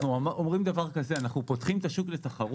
אנחנו פותחים את השוק לתחרות.